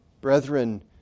Brethren